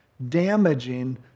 damaging